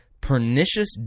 pernicious